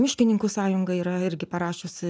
miškininkų sąjunga yra irgi parašiusi